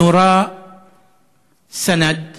נורה סנד ונהרג.